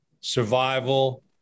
survival